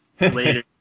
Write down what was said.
later